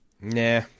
Nah